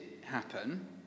happen